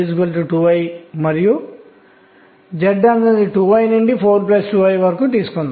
n 3 l 1 మరియు n 4 l 0 అయితే ఇప్పుడు దిగువ చివరిది మొదట పూరించబడుతుంది